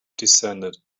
descended